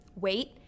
wait